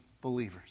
believers